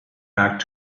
back